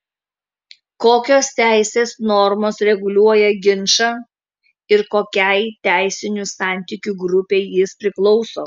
kokios teisės normos reguliuoja ginčą ir kokiai teisinių santykių grupei jis priklauso